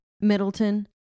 Middleton